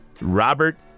Robert